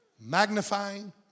magnifying